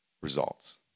results